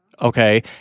Okay